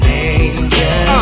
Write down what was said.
angel